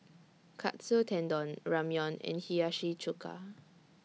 Katsu Tendon Ramyeon and Hiyashi Chuka